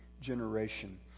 generation